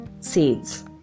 seeds